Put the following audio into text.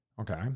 Okay